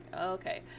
Okay